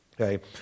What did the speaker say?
okay